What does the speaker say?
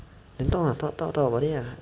then talk lah talk talk talk about it lah